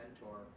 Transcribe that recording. mentor